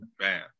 man